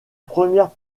première